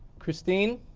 christine?